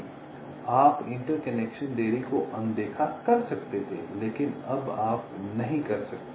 इसलिए आप इंटरकनेक्शन देरी को अनदेखा कर सकते हैं लेकिन अब आप नहीं कर सकते